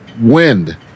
wind